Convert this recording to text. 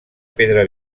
pedra